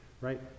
right